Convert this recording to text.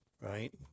Right